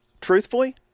truthfully